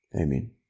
Amen